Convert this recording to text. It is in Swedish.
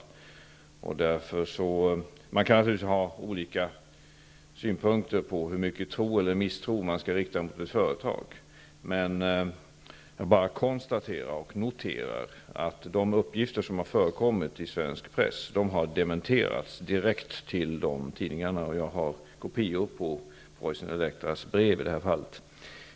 Man kan naturligtvis ha olika synpunkter på hur mycket tro eller misstro man skall rikta mot ett företag, men jag bara konstaterar och noterar att de uppgifter som har förekommit i svensk press har dementerats direkt till de tidningarna. Jag har kopior på Preussen-Elektras brev i det fallet.